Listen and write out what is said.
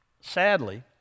sadly